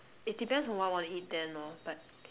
it depends what I would wanna eat then lor but